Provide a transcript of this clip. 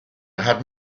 had